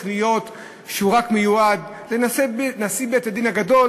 להיות רק מיועד לנשיא בית-הדין הגדול,